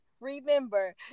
remember